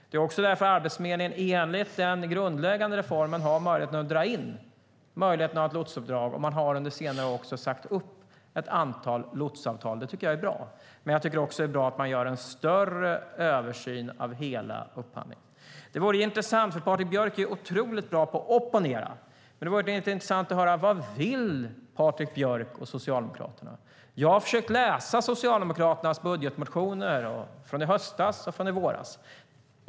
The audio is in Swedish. Det är också därför Arbetsförmedlingen i enlighet med den grundläggande reformen har möjligheten att dra in ett lotsuppdrag. Man har under senare år också sagt upp ett antal lotsavtal. Det tycker jag är bra, men jag tycker också att det är bra att man gör en större översyn av hela upphandlingen. Patrik Björck är otroligt bra på att opponera, men det vore intressant att höra vad Patrik Björck och Socialdemokraterna vill . Jag har försökt läsa Socialdemokraternas budgetmotioner från i höstas och från i våras.